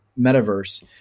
metaverse